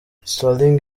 sterling